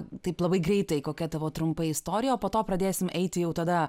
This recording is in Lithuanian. taip labai greitai kokia tavo trumpa istorija o po to pradėsim eiti jau tada